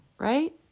right